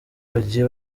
bagiye